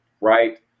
right